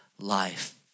life